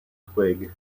twig